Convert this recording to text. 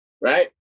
right